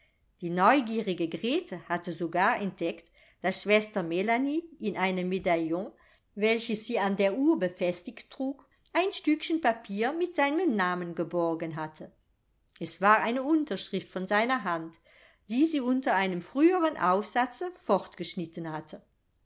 die neugierige grete hatte sogar entdeckt daß schwester melanie in einem medaillon welches sie an der uhr befestigt trug ein stückchen papier mit seinem namen geborgen hatte es war eine unterschrift von seiner hand die sie unter einem früheren aufsatze fortgeschnitten hatte